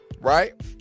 right